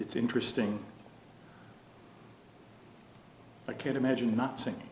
it's interesting i can't imagine not s